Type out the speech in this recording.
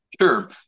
Sure